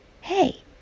Hey